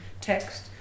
text